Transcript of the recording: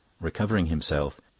recovering himself,